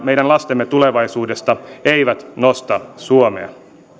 meidän lastemme tulevaisuudesta eivät nosta suomea